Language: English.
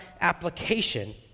application